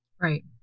Right